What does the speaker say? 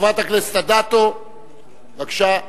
חברת הכנסת אדטו, בבקשה.